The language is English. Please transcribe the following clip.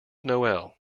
noel